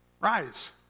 rise